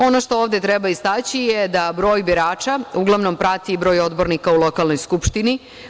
Ono što ovde treba istaći je da broj birača, uglavnom prati broj odbornika u lokalnoj skupštini.